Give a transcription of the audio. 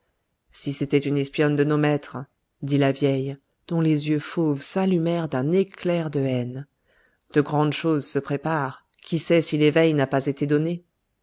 si c'était une espionne de nos maîtres dit la vieille dont les yeux fauves s'allumèrent d'un éclair de haine de grandes choses se préparent qui sait si l'éveil n'a pas été donné